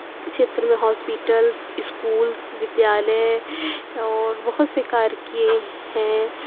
چھیتر میں hospitals schools ودیالے اور بہت سے کار کیے ہیں